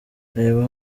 reba